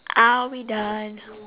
are we done